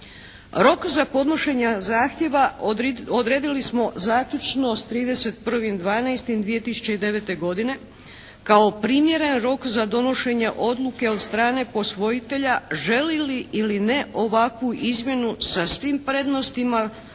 Rok za podnošenje zahtjeva odredili smo zaključno s 31.12.2009. godine kao primjeren rok za donošenje odluke od strane posvojitelja želi li ili ne ovakvu izmjenu sa svim prednostima